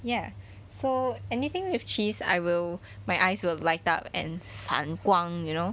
ya so anything with cheese I will my eyes will light up and 闪光 you know